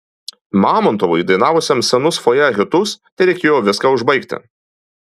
mamontovui dainavusiam senus fojė hitus tereikėjo viską užbaigti